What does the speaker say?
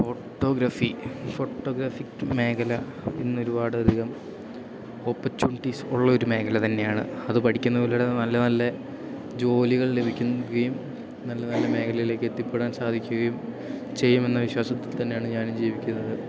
photography ഫോട്ടോഗ്രഫിക്ക് മേഖല ഇന്നൊരുപാടധികം ഓപ്പർചൂണിറ്റീസ് ഉള്ളൊരു മേഖല തന്നെയാണ് അതു പഠിക്കുന്നതിലൂടെ നല്ല നല്ല ജോലികൾ ലഭിക്കുകയും നല്ല നല്ല മേഖലയിലേക്കെത്തിപ്പെടാൻ സാധിക്കുകയും ചെയ്യുമെന്ന വിശ്വാസത്തിൽ തന്നെയാണ് ഞാനും ജീവിക്കുന്നത്